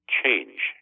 change